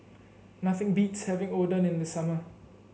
nothing beats having Oden in the summer